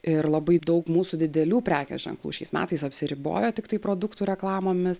ir labai daug mūsų didelių prekės ženklų šiais metais apsiribojo tiktai produktų reklamomis